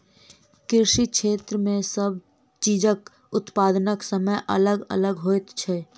कृषि क्षेत्र मे सब चीजक उत्पादनक समय अलग अलग होइत छै